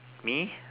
me